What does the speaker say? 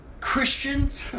Christians